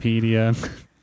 Wikipedia